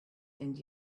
and